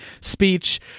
speech